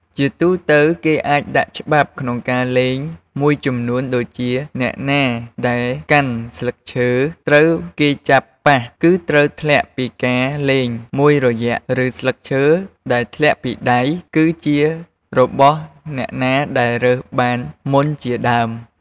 ជាទូទៅ គេអាចដាក់ច្បាប់ក្នុងការលេងមួយចំនួនដូចជា អ្នកណាដែលកាន់ស្លឹកឈើត្រូវគេចាប់ប៉ះ គឺត្រូវធ្លាក់ពីការលេងមួយរយៈ ឬ ស្លឹកឈើដែលធ្លាក់ពីដៃ គឺជារបស់អ្នកណាដែលរើសបានមុនជាដើម។